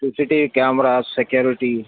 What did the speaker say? C C T V camera security